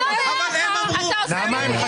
לא, אני בהלם אני בעד.